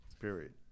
period